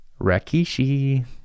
Rakishi